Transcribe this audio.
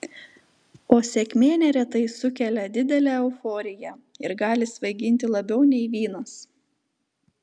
o sėkmė neretai sukelia didelę euforiją ir gali svaiginti labiau nei vynas